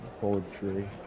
poetry